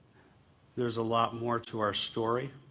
there's a lot more to our story.